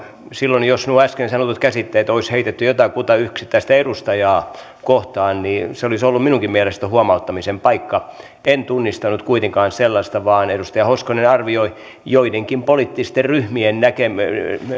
silloin jos nuo äsken sanotut käsitteet olisi heitetty jotakuta yksittäistä edustajaa kohtaan se olisi ollut minunkin mielestäni huomauttamisen paikka en tunnistanut kuitenkaan sellaista vaan edustaja hoskonen arvioi joidenkin poliittisten ryhmien